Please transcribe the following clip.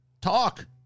Talk